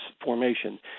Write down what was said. formation